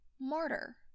martyr